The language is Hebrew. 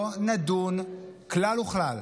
לא נדון כלל וכלל